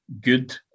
good